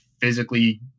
physically